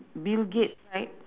bill gates right